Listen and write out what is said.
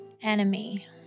enemy